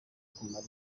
kumara